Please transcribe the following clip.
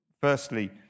firstly